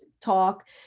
talk